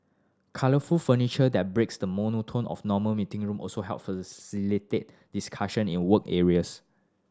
colourful furniture that breaks the monotony of normal meeting room also help facilitate discussion in work areas